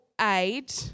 aid